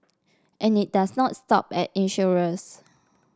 and it does not stop at insurers